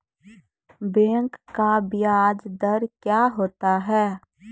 Bank का ब्याज दर क्या होता हैं?